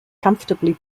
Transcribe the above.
comfortably